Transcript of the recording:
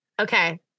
Okay